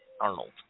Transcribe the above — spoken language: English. Arnold